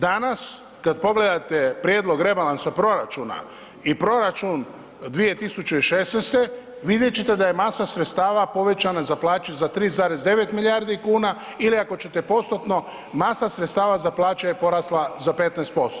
Danas kad pogledate prijedlog rebalansa proračuna i proračun 2016., vidjet ćete da je masa sredstava povećana za plaće za 3,9 milijardi kuna ili ako ćete postotno, masa sredstava za plaće je porasla za 15%